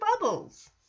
bubbles